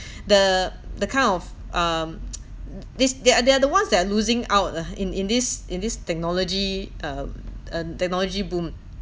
the the kind of um this they are they are the ones that are losing out lah in in this in this technology um uh technology boom